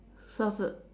shelf it